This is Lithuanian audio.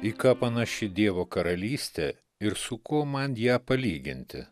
į ką panaši dievo karalystė ir su kuo man ją palyginti